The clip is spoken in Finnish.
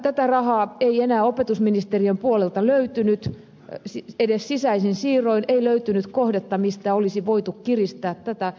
tätä rahaa ei enää opetusministeriön puolelta löytynyt edes sisäisin siirroin ei löytynyt kohdetta mistä olisi voitu kiristää tätä